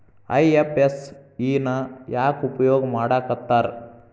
IFSC ನ ಯಾಕ್ ಉಪಯೊಗ್ ಮಾಡಾಕತ್ತಾರ?